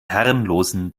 herrenlosen